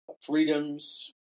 freedoms